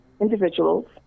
individuals